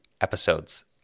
episodes